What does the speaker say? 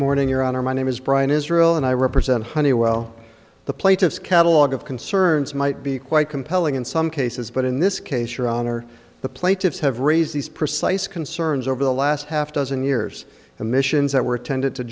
morning your honor my name is brian israel and i represent honeywell the plaintiffs catalogue of concerns might be quite compelling in some cases but in this case your honor the plaintiffs have raised these precise concerns over the last half dozen years the missions that were attended to